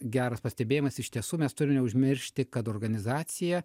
geras pastebėjimas iš tiesų mes turim neužmiršti kad organizacija